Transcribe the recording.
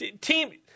Team